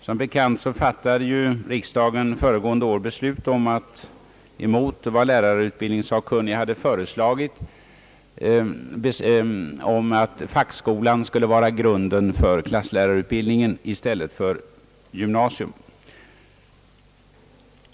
: Som bekant fattade riksdagen föregående år — mot lärarutbildningssakkunnigas förslag — beslut om att fackskolan skulle vara grunden för klasslärarutbildningen i stället för gymnasiet.